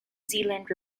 zealand